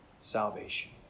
salvation